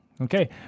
Okay